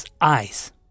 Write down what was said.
eyes